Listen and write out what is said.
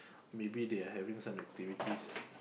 maybe they're having some activities